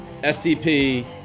STP